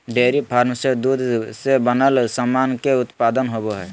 dairy farm से दूध से बनल सामान के उत्पादन होवो हय